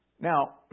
Now